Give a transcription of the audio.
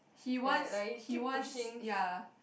he wants he wants ya